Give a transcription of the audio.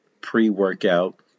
pre-workout